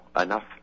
enough